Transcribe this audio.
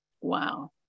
Wow